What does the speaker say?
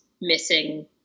missing